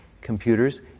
Computers